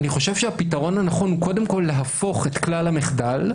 אני חושב שהפתרון הנכון הוא קודם כל להפוך את כלל המחדל,